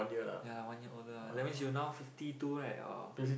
ya one year older that means now you fifty two right or